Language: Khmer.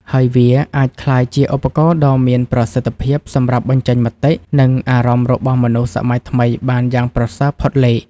ហើយវាអាចក្លាយជាឧបករណ៍ដ៏មានប្រសិទ្ធភាពសម្រាប់បញ្ចេញមតិ និងអារម្មណ៍របស់មនុស្សសម័យថ្មីបានយ៉ាងប្រសើរផុតលេខ។